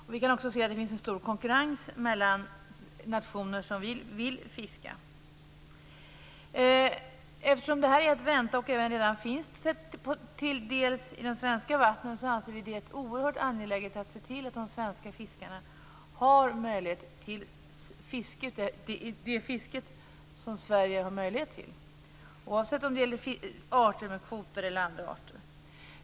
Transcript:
Det finns också en stor konkurrens mellan nationer som vill fiska. Eftersom det här redan till viss del redan finns i de svenska vattnen anser vi att det är oerhört angeläget att se till att svenska fiskare har tillgång till det fiske som Sverige har, oavsett om det gäller arter med kvoter eller andra arter.